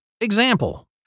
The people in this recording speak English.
Example